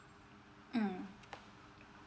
mm